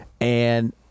And-